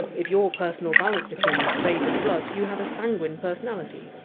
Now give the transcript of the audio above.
if your personal balance of humours favoured blood, you had a sanguine personality.